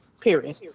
Period